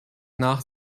nach